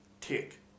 Tick